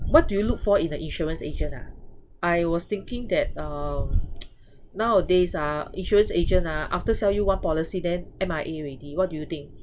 what do you look for in a insurance agent ah I was thinking that um nowadays ah insurance agent ah after sell you one policy then M_I_A already what do you think